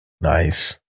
nice